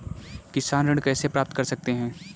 किसान ऋण कैसे प्राप्त कर सकते हैं?